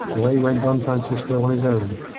away went don francisco on his errand,